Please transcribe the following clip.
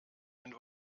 den